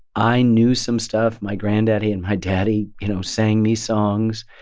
i knew some stuff. my granddaddy and my daddy, you know, sang me songs.